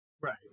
Right